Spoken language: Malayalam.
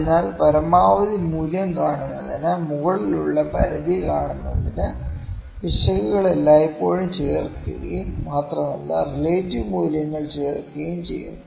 അതിനാൽ പരമാവധി മൂല്യം കാണുന്നതിന് മുകളിലുള്ള പരിധി കാണുന്നതിന് പിശകുകൾ എല്ലായ്പ്പോഴും ചേർക്കുകയും മാത്രമല്ല റിലേറ്റീവ് മൂല്യങ്ങൾ ചേർക്കുകയും ചെയ്യുന്നു